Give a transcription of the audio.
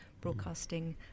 broadcasting